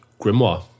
Grimoire